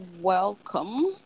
welcome